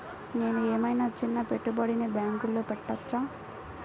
నేను ఏమయినా చిన్న పెట్టుబడిని బ్యాంక్లో పెట్టచ్చా?